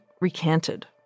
recanted